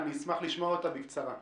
נשמח לשמוע אותה, בקצרה.